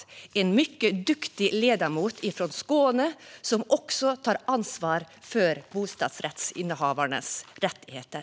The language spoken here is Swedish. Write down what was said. Hon är en mycket duktig ledamot från Skåne som också tar ansvar för bostadsrättsinnehavarnas rättigheter.